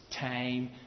time